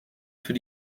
für